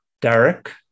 Derek